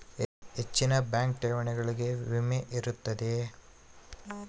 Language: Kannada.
ಹೆಚ್ಚಿನ ಬ್ಯಾಂಕ್ ಠೇವಣಿಗಳಿಗೆ ವಿಮೆ ಇರುತ್ತದೆಯೆ?